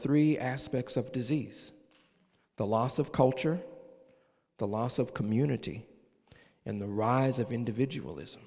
three aspects of disease the loss of culture the loss of community and the rise of individual is